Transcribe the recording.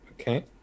okay